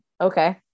Okay